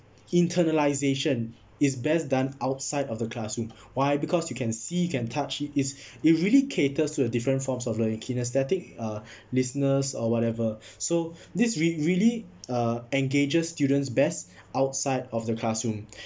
internalisation is best done outside of the classroom why because you can see you can touch it is it really caters to a different forms of learning kinesthetic uh listeners or whatever so this rea~ really uh engages students best outside of the classroom